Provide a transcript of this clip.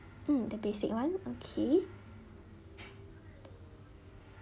mm the basic [one] okay